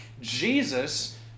Jesus